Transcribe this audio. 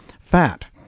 fat